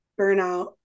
burnout